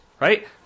Right